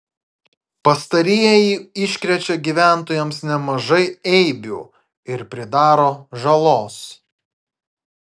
pastarieji iškrečia gyventojams nemažai eibių ir pridaro žalos